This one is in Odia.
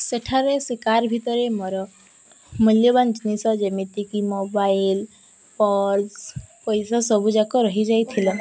ସେଠାରେ ସେ କାର୍ ଭିତରେ ମୋର ମୂଲ୍ୟବାନ ଜିନିଷ ଯେମିତିକି ମୋବାଇଲ୍ ପର୍ସ ପଇସା ସବୁଯାକ ରହିଯାଇ ଥିଲା